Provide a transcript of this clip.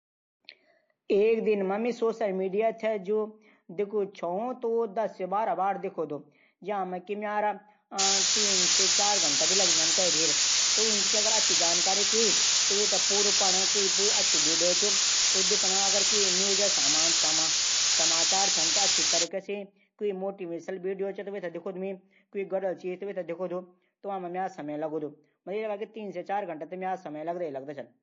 एक दिन मा मी सोसल मिडिया दस से बारह बार दिखुद एक दिन मा कभी तीन से चार घंटा लग जांदन। क्वी अच्छी जानकारी च त वी थे पूरू पण क्वी मोटिवेशनल बीडियो वे थे दिखण। समाचार सुण गढलाली गीत सुण बस।